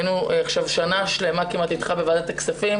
היינו שנה שלמה כמעט אתך בוועדת הכספים.